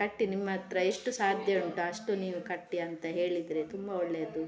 ಕಟ್ಟಿ ನಿಮ್ಮ ಹತ್ತಿರ ಎಷ್ಟು ಸಾಧ್ಯ ಉಂಟು ಅಷ್ಟು ನೀವು ಕಟ್ಟಿ ಅಂತ ಹೇಳಿದರೆ ತುಂಬ ಒಳ್ಳೆಯದು